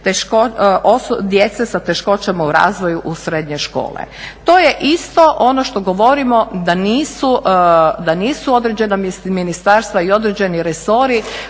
djece s teškoćama u razvoju u srednje škole. To je isto ono što govorimo da nisu određena ministarstva i određeni resori